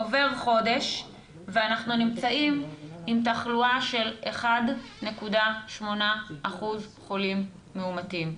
עובר חודש ואנחנו נמצאים עם תחלואה של 1.8% חולים מאומתים.